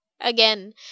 Again